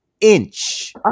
inch